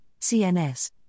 CNS